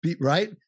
right